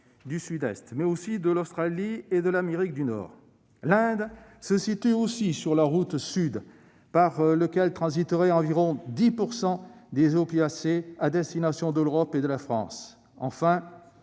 du Sud-Est, mais aussi de l'Australie et de l'Amérique du Nord. L'Inde se situe aussi sur la route sud par laquelle transiteraient environ 10 % des opiacés à destination de l'Europe et de la France. Enfin,